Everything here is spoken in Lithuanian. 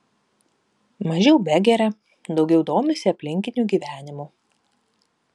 mažiau begeria daugiau domisi aplinkiniu gyvenimu